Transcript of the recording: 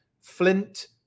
Flint